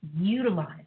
utilize